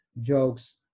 jokes